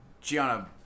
Gianna